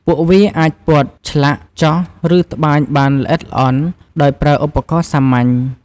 ពួកវាអាចពត់ ឆ្លាក់ ចោះ ឬត្បាញបានល្អិតល្អន់ ដោយប្រើឧបករណ៍សាមញ្ញ។